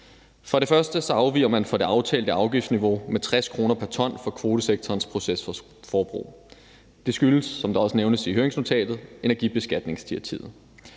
For det første afviger man fra det aftalte afgiftsniveau med 60 kr. per ton for kvotesektorens procesforbrug. Det skyldes, som der også nævnes i høringsnotatet, energisbeskatningsdirektivet.